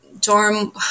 dorm